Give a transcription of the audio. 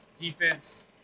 defense